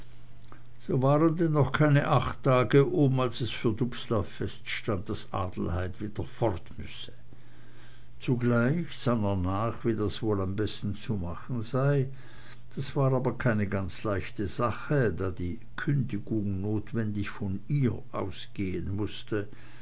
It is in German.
so waren denn noch keine acht tage um als es für dubslav feststand daß adelheid wieder fortmüsse zugleich sann er nach wie das wohl am besten zu machen sei das war aber keine ganz leichte sache da die kündigung notwendig von ihr ausgehen mußte